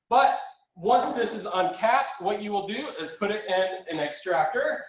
but once this is uncapped what you will do is put it it an extractor,